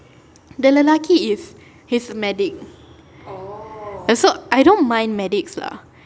the lelaki is he's a medic so I don't mind medics lah